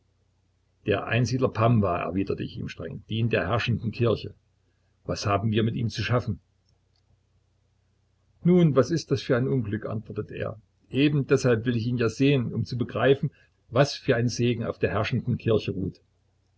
der einsiedler pamwa erwidere ich ihm streng dient der herrschenden kirche was haben wir mit ihm zu schaffen nun was ist das für ein unglück antwortet er ebendeshalb will ich ihn ja sehen um zu begreifen was für ein segen auf der herrschenden kirche ruht